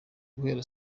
guhera